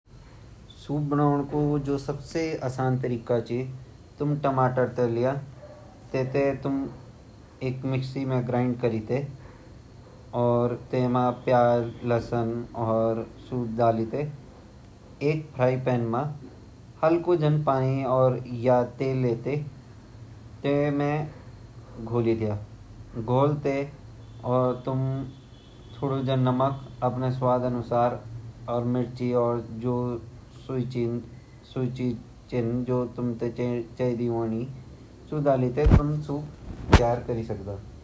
सामान्य सूप बडोड़ो ते हम सारी सब्जी इकठा कर ल्यो अर वेते ऊबाली ल्यो अर वेते ऊबालीते वेते थोड़ा मैश कर ल्यो अर मैश करिते वेते छानीते अर हल्का जन जीराकु छौंक मारिते अर हम कटोरी मा सर्वे कर दयोड़।